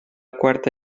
quarta